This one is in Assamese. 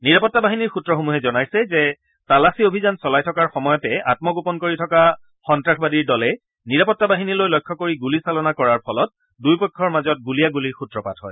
নিৰাপত্তা বাহিনীৰ সূত্ৰসমূহে জনাইছে যে তালাচী অভিযান চলাই থকাৰ সময়তে আত্মগোপন কৰি থকা সন্তাসবাদীৰ দলে নিৰাপত্তা বাহিনীলৈ লক্ষ্য কৰি গুলীচালনা কৰাৰ ফলত দুয়োপক্ষৰ মাজত গুলীয়াগুলীৰ সুত্ৰপাত হয়